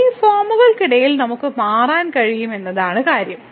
ഈ ഫോമുകൾക്കിടയിൽ നമുക്ക് മാറാൻ കഴിയും എന്നതാണ് കാര്യം